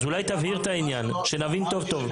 אז אולי תבהיר את העניין שנבין טוב טוב.